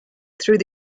through